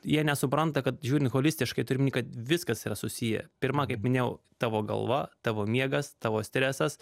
jie nesupranta kad žiūrint holistiškai turiu omeny kad viskas yra susiję pirma kaip minėjau tavo galva tavo miegas tavo stresas